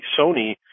Sony